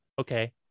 okay